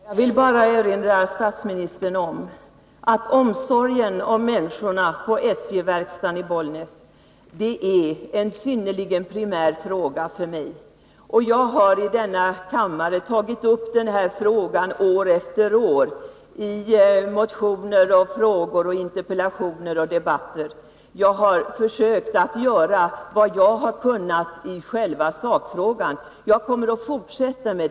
Herr talman! Jag vill erinra statsministern om att omsorgen om människorna på SJ-verkstaden i Bollnäs är en synnerligen primär fråga för mig. Jag har år efter år tagit upp den här i kammaren i form av motioner, frågor och interpellationer. Och jag har debatterat den. Jag har försökt göra vad jag har kunnat göra i själva sakfrågan, och det kommer jag att fortsätta med.